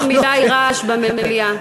יש יותר מדי רעש במליאה.